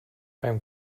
beim